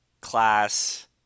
class